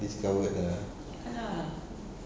discovered ah